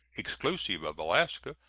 exclusive of alaska,